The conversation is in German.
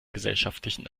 gesellschaftlichen